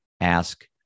ask